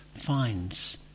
finds